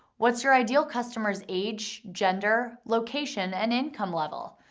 what's your ideal customer's age, gender, location, and income level?